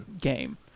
Game